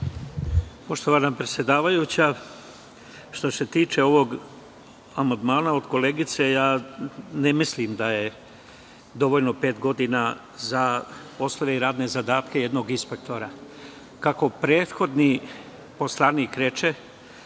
Poštovana predsedavajuća, što se tiče ovog amandmana od koleginice, ne mislim da je dovoljno pet godina za poslove i radne zadatke jednog inspektora. Kako prethodni poslanik reče,